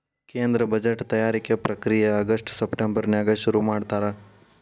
ಕೇಂದ್ರ ಬಜೆಟ್ ತಯಾರಿಕೆ ಪ್ರಕ್ರಿಯೆ ಆಗಸ್ಟ್ ಸೆಪ್ಟೆಂಬರ್ನ್ಯಾಗ ಶುರುಮಾಡ್ತಾರ